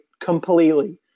completely